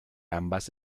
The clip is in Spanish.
ambas